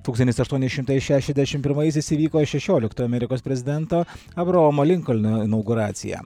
tūktantis aštuoni šimtai šešiasdešim pirmaisiais įvyko šešiolikto amerikos prezidento abraomo linkolno inauguracija